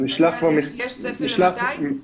יש צפי למתי?